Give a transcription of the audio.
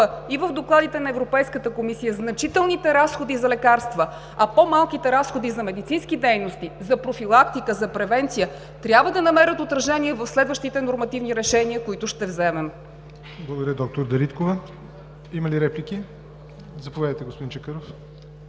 и в докладите на Европейската комисия – значителните разходи за лекарства, а по-малките разходи за медицински дейности, за профилактика, за превенция, трябва да намерят отражение в следващите нормативни решения, които ще вземем. ПРЕДСЕДАТЕЛ ЯВОР НОТЕВ: Благодаря, д-р Дариткова. Има ли реплики? Заповядайте, господин Чакъров.